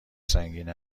سنگین